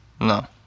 no